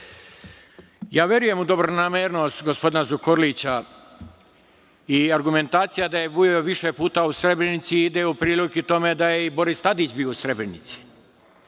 Ja verujem u dobronamernost gospodina Zukorlića. Argumentacija da je bio više puta u Srebrenici ide u prilog tome da je i Boris Tadić bio u Srebrenici,